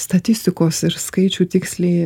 statistikos ir skaičių tiksliai